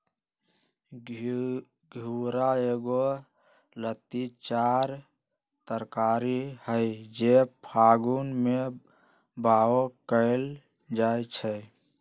घिउरा एगो लत्तीदार तरकारी हई जे फागुन में बाओ कएल जाइ छइ